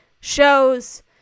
shows